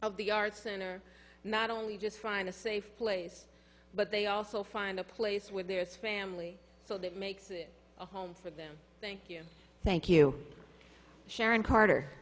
of the arts center not only just find a safe place but they also find a place with their family so that makes it a home for them thank you thank you sharon carter